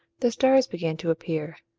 the stars began to appear,